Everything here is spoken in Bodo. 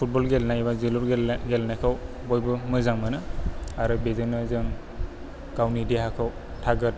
फुटबल गेलेनाय बा जोलुर गेलेनाय गेलेनायखौ बयबो मोजां मोनो आरो बेजोंनो जों गावनि देहाखौ थागोर